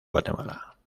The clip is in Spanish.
guatemala